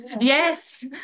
Yes